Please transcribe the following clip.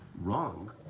wrong